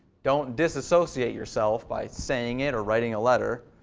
don't disassociate yourself by saying it or writing a letter.